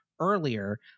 earlier